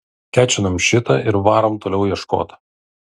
kečinam šitą ir varom toliau ieškot